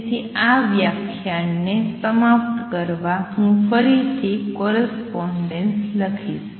તેથી આ વ્યાખ્યાનને સમાપ્ત કરવા માટે હું ફરીથી કોરસ્પોંડેન્સ લખીશ